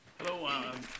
Hello